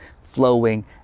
flowing